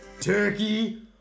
Turkey